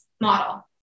model